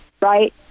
right